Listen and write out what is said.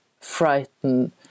frightened